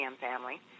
family